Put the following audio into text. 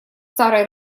старой